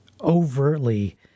overtly